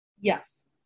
Yes